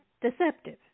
deceptive